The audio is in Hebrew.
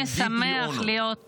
שכן אני עומד בפניכם כנשיא הראשון